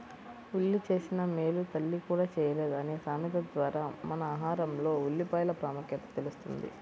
ఉల్లి చేసిన మేలు తల్లి కూడా చేయలేదు అనే సామెత ద్వారా మన ఆహారంలో ఉల్లిపాయల ప్రాముఖ్యత తెలుస్తుంది